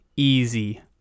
Easy